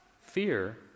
Fear